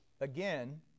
Again